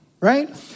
Right